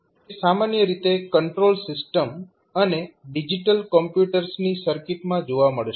તે સામાન્ય રીતે કંટ્રોલ સિસ્ટમ અને ડિજિટલ કમ્પ્યુટર્સ ની સર્કિટમાં જોવા મળશે